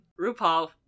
RuPaul